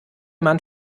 man